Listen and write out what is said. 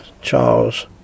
Charles